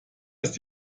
ist